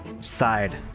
side